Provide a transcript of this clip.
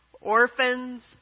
orphans